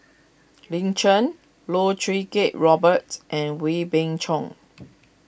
Lin Chen Loh Choo Kiat Robert and Wee Beng Chong